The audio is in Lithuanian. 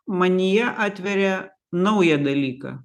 manyje atveria naują dalyką